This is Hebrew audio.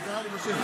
הוא קרא לי בשם.